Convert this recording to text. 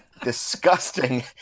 disgusting